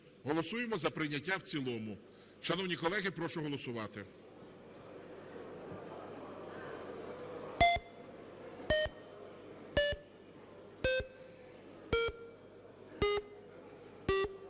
Голосуємо за прийняття в цілому. Шановні колеги, прошу голосувати.